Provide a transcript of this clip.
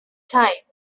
type